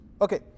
Okay